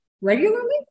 regularly